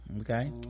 okay